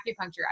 acupuncture